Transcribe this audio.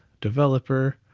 developer,